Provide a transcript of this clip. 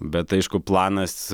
bet aišku planas